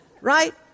Right